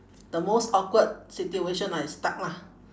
the most awkward situation I stuck lah